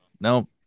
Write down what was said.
no